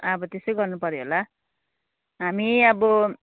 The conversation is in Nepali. अब त्यसै गर्नु पर्यो होला हामी अब